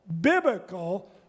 biblical